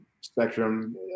spectrum